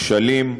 כשלים,